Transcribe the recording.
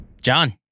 John